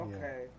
Okay